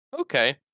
Okay